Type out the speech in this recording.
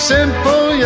Simple